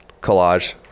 collage